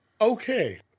Okay